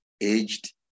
aged